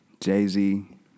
Jay-Z